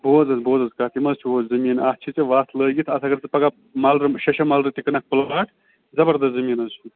بوز حظ بوز حظ کَتھ یِہ مہ حظ چھُ ہہُ زٔمیٖن اَتھ چھے ژے وَتھ لٲگِتھ اگر ژٕ پگاہ ملرٕ شےٚ شےٚ مَلرٕ تہِ کٕنَکھ پلاٹ زَبردَس زٔمیٖن حظ چھُ یہِ